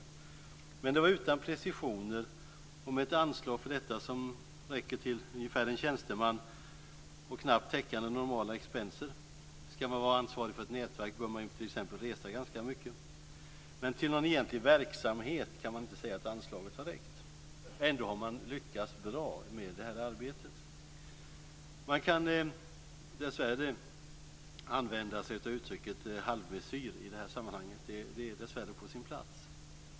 Men det var utan precisioner och med ett anslag för detta som räcker till ungefär en tjänsteman och som knappt täcker normala expenser. Om man ska vara ansvarig för ett nätverk bör man t.ex. resa ganska mycket. Men man kan inte säga att anslaget har räckt till någon egentlig verksamhet. Ändå har man lyckats bra med detta arbete. Man kan dessvärre använda sig av uttrycket halvmesyr i detta sammanhang. Det är dessvärre på sin plats.